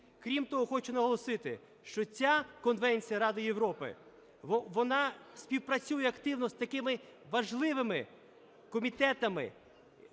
Крім того, хочу наголосити, що ця Конвенція Ради Європи, вона співпрацює активно з такими важливими комітетами,